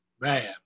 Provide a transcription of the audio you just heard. Man